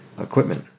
equipment